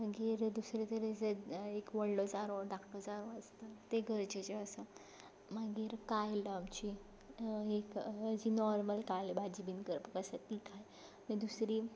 मागीर दुसरे तरेचे एक व्हडलो जारो धाकटो जारो आसता तें गरजेचें आसता मागीर कायल आमची एक जी नॉर्मल कायल भाजी बी करपाक आसा ती कायल मागीर दुसरी